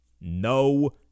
no